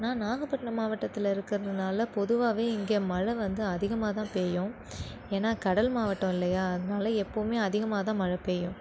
நான் நாகப்பட்டினம் மாவட்டத்தில் இருக்கிறதுனால பொதுவாகவே இங்கே மழை வந்து அதிகமாக தான் பேயும் ஏன்னா கடல் மாவட்டம் இல்லையா அதனால எப்போவுமே அதிகமாக தான் மழை பெயும்